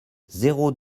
zéro